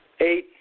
eight